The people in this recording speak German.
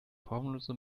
formlose